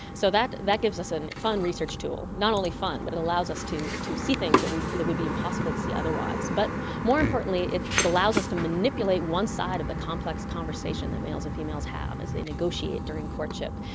so that that gives us a and fun research tool. not only fun but it allows us to to see things that would that would be impossible to see otherwise. but more importantly it it allows us to manipulate one side of the complex conversation that males and females have as they negotiate during courtship,